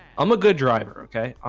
i'm a good driver. okay, i'm